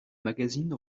magazine